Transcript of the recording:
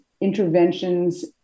interventions